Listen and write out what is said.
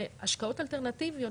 והשקעות אלטרנטיביות,